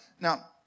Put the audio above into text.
Now